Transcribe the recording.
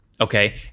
Okay